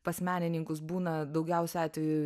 pas menininkus būna daugiausia atvejų